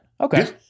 Okay